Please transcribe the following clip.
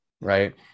right